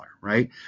right